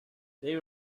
they